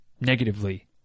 negatively